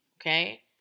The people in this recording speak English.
okay